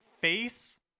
face